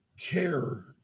care